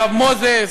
הרב מוזס,